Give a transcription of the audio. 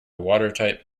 watertight